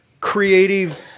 Creative